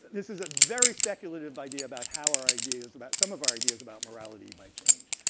this is a very speculative idea about how our ideas, about some of our ideas about morality might change.